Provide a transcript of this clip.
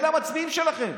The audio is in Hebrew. אלה המצביעים שלכם.